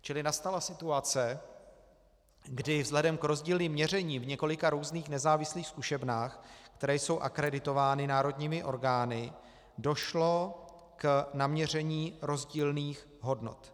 Čili nastala situace, kdy vzhledem k rozdílným měřením v několika různých nezávislých zkušebnách, které jsou akreditovány národními orgány, došlo k naměření rozdílných hodnot.